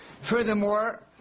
Furthermore